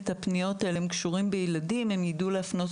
הפניות האלה והן קשורות בילדים הם יידעו להפנות